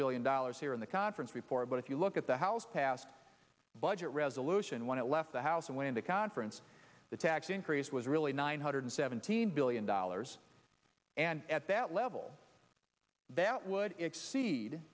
billion dollars here in the conference report but if you look at the house passed budget resolution when it left the house and when the conference the tax increase was really nine hundred seventeen billion dollars and at that level that would exceed